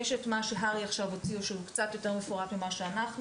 יש את מה שהר"י עכשיו הוציאו שזה קצת יותר מפורט ממה שאנחנו,